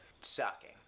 Sucking